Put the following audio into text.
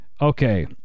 Okay